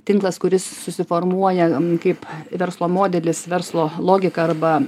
tinklas kuris susiformuoja kaip verslo modelis verslo logika arba